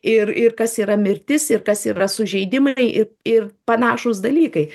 ir ir kas yra mirtis ir kas yra sužeidimai ir ir panašūs dalykai